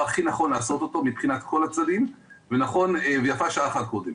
הכי נכון לעשות מבחינת כל הצדדים ויפה שעה אחת קודם.